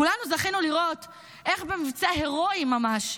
כולנו זכינו לראות איך במבצע הרואי ממש,